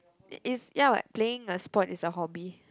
it is ya what playing a sport is a hobby